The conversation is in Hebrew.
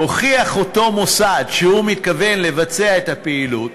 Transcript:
הוכיח אותו מוסד שהוא מתכוון לבצע את הפעילות,